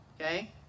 Okay